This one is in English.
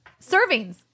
servings